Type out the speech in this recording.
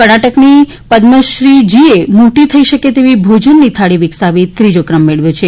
કર્ણાટકની પદ્મશ્રી જીએ મોટી થઈ શકે એવી ભોજન થાળી વિકસાવી ત્રીજો કમ મેળવ્યો છે